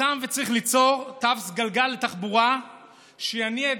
ניתן וצריך ליצור תו סגול לתחבורה שיניע את